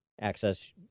access